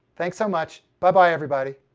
thanks so much, bye bye everybody.